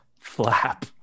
flap